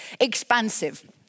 Expansive